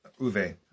Uve